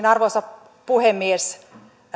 arvoisa puhemies